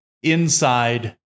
inside